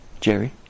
Jerry